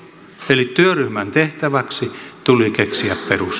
eli työryhmän tehtäväksi tuli keksiä perustelut